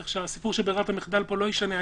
כך שהסיפור של ברירת המחדל לא ישנה פה.